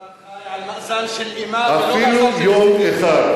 אתה חי על, ולא לעשות את זה, אפילו יום אחד.